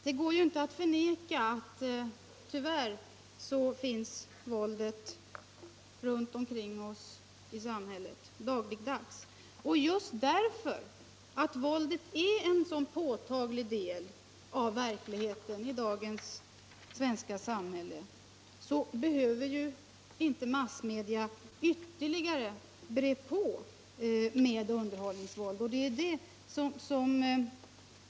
Herr talman! Det går inte att förneka att våldet tyvärr finns runt omkring oss i samhället dagligdags. Just därför att våldet är en sådan påtaglig del av verkligheten i dagens svenska samhälle behöver ju inte massmedia ytterligare breda på med underhållningsvåld.